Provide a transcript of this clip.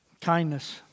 Kindness